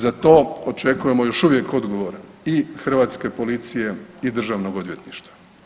Za to očekujemo još uvijek odgovor i Hrvatske policije i Državnog odvjetništva.